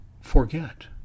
forget